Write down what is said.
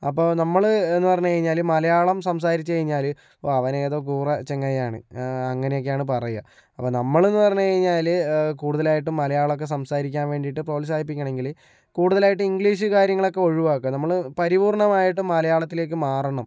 അപ്പോൾ നമ്മള് എന്ന് പറഞ്ഞ് കഴിഞ്ഞാല് മലയാളം സംസാരിച്ച് കഴിഞ്ഞാല് ഓ അവനേതൊ കൂറ ചങ്ങായിയാണ് അങ്ങനെയൊക്കെയാണ് പറയുക അപ്പം നമ്മള് എന്ന് പറഞ്ഞു കഴിഞ്ഞാല് കൂടുതലായിട്ടും മലയാളം ഒക്കെ സംസാരിക്കാൻ വേണ്ടിയിട്ട് പ്രോത്സാഹിപ്പിക്കുകയാണെങ്കില് കൂടുതലായിട്ട് ഇംഗ്ലീഷ് കാര്യങ്ങളൊക്കെ ഒഴിവാക്കാം നമ്മൾ പരിപൂർണമായിട്ടും മലയാളത്തിലേക്ക് മാറണം